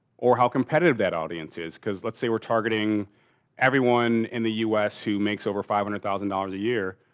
or how competitive that audience is? because let's say we're targeting everyone in the us who makes over five hundred thousand dollars a year.